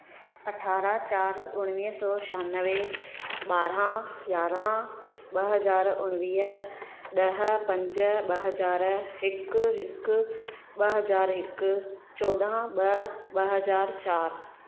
अठारा चारि उणिवीह सौ छहानवे ॿारहं यारहं ॿ हज़ार उणिवीह ॾह पंज ॿ हज़ार हिकु हिकु ॿ हज़ार हिकु चोॾहं ॿ ॿ हज़ार चारि